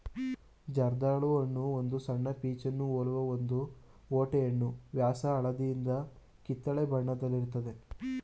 ಜರ್ದಾಳು ಹಣ್ಣು ಒಂದು ಸಣ್ಣ ಪೀಚನ್ನು ಹೋಲುವ ಒಂದು ಓಟೆಹಣ್ಣು ವ್ಯಾಸ ಹಳದಿಯಿಂದ ಕಿತ್ತಳೆ ಬಣ್ಣದಲ್ಲಿರ್ತದೆ